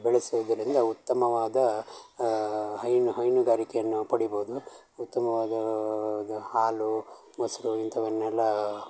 ಬೆಳೆಸೋದರಿಂದ ಉತ್ತಮವಾದ ಹೈನು ಹೈನುಗಾರಿಕೆಯನ್ನು ನಾವು ಪಡಿಬೋದು ಉತ್ತಮವಾದ ಇದು ಹಾಲು ಮೊಸರು ಇಂಥವನ್ನೆಲ್ಲ